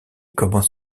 commence